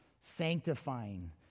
sanctifying